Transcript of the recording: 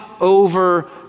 over